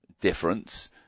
difference